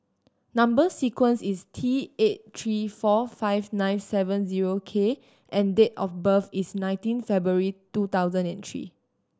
number sequence is T eight three four five nine seven zero K and date of birth is nineteen February two thousand and three